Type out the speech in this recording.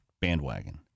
bandwagon